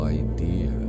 idea